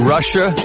Russia